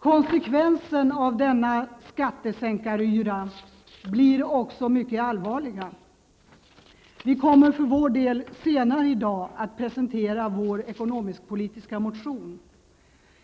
Konsekvenserna av denna skattesänkaryra blir också mycket allvarliga. Vi kommer för vår del senare i dag att presentera vår ekonomisk-politiska motion.